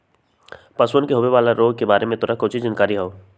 पशुअन में होवे वाला रोग के बारे में तोरा काउची जानकारी हाउ?